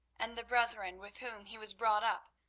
and the brethren with whom he was brought up,